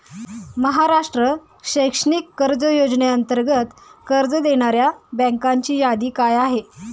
महाराष्ट्र शैक्षणिक कर्ज योजनेअंतर्गत कर्ज देणाऱ्या बँकांची यादी काय आहे?